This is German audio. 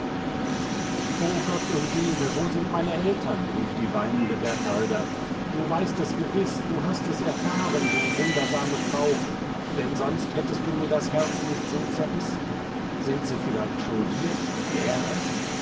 o um gott undine wo sind meine eltern rief die weinende bertalda du weißt es gewiß du hast es erfahren du wundersame frau denn sonst hättest du mir das herz nicht so zerrissen sind sie vielleicht schon hier wär es